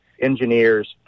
engineers